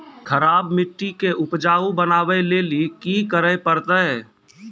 खराब मिट्टी के उपजाऊ बनावे लेली की करे परतै?